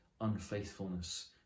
unfaithfulness